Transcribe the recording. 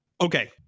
Okay